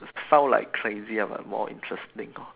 sound like crazy ah but more interesting lor